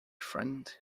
friend